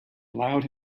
allowed